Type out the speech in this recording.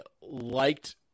liked